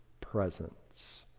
presence